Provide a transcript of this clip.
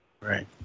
Right